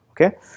okay